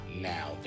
now